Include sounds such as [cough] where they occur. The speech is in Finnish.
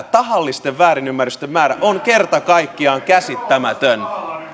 [unintelligible] tahallisten väärinymmärrysten määrä on kerta kaikkiaan käsittämätön